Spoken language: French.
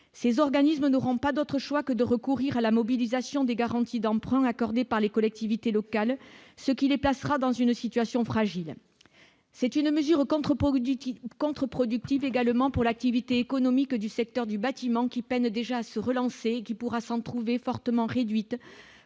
ces organismes n'auront pas d'autre choix que de recourir à la mobilisation des garanties d'emprunts accordées par les collectivités locales, ce qui les placera dans une situation fragile, c'est une mesure contre-productive contre-productive également pour l'activité économique du secteur du bâtiment qui peine déjà à se relancer, qui pourra s'en trouver fortement réduite,